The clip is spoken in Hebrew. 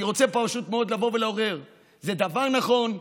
אני רוצה לבוא ולעורר פה: זה דבר נכון,